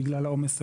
בגלל העומס הגדול,